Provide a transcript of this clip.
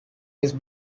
his